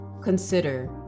consider